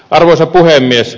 arvoisa puhemies